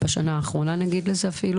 בשנה האחרונה אפילו.